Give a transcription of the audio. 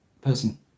person